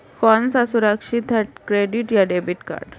कौन सा सुरक्षित है क्रेडिट या डेबिट कार्ड?